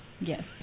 Yes